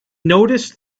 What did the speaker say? noticed